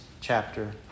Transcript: chapter